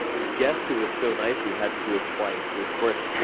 the guest who was so nice, we had to do it twice. we, of course,